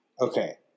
Okay